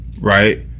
Right